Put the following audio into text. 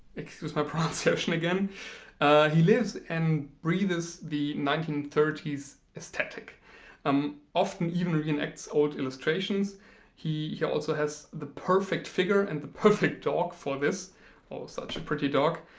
excuse my pronunciation again ah he lives and breathes the nineteen thirty s aesthetic um often even reenacts old illustrations he yeah also has the perfect figure and the perfect dog for this oh such a pretty dog.